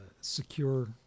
secure